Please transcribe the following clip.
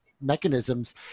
mechanisms